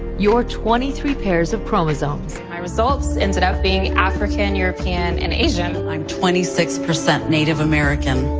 your twenty three pairs of chromosomes my results ended up being african, european and asian i'm twenty six percent native american.